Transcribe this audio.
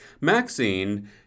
Maxine